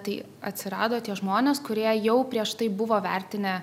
tai atsirado tie žmonės kurie jau prieš tai buvo vertinę